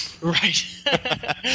Right